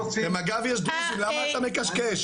למה אתה מקשקש?